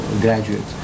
graduates